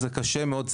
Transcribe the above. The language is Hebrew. זה קשה מאוד,